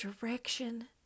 direction